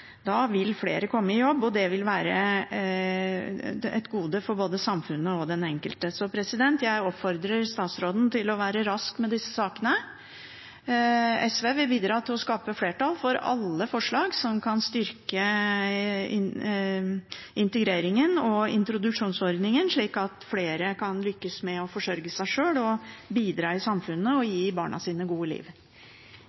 Da vil flere komme i jobb, og det vil være et gode for både samfunnet og den enkelte. Jeg oppfordrer statsråden til å være rask med disse sakene. SV vil bidra til å skape flertall for alle forslag som kan styrke integreringen og introduksjonsordningen, slik at flere kan lykkes med å forsørge seg sjøl, bidra i samfunnet og gi